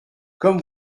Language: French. comme